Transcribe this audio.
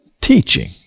teaching